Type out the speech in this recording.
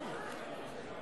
בבקשה.